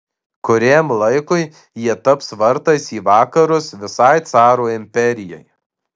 kuriam laikui jie taps vartais į vakarus visai caro imperijai